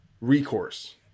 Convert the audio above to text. recourse